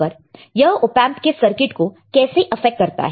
यह ओपेंप के सर्किट को कैसे अफेक्ट करता है